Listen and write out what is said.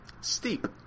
Steep